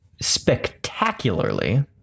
spectacularly